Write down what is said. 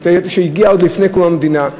שהגיע עוד לפני קום המדינה,